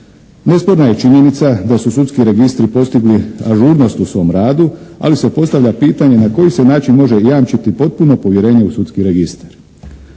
Nesporna je činjenica da su sudski registri postigli ažurnost u svom radu, ali se postavlja pitanje na koji se način može jamčiti potpuno povjerenje u sudski registar.